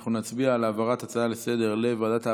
אנחנו נצביע על העברת ההצעה לסדר-היום לוועדת העבודה,